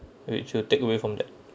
we should take away from that